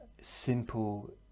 simple